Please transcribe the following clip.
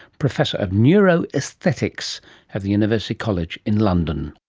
professor of neuro-aesthetics at university college in london.